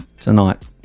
tonight